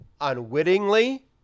unwittingly